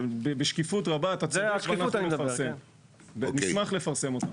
-- בשקיפות רבה ונשמח לפרסם אותם.